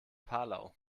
palau